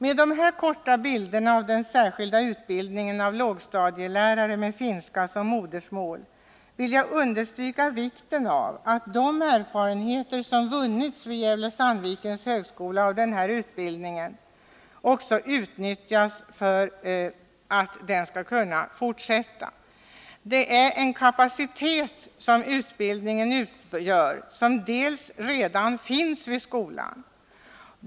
Med de här korta bilderna av den särskilda utbildningen av lågstadielärare med finska som modersmål vill jag understryka vikten av att man utnyttjar de erfarenheter som vunnits vid Gävle-Sandvikens högskola av denna utbildning. Vid den här utbildningen utnyttjar man en grundkapacitet som delvis redan finns vid skolan.